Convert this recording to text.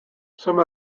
some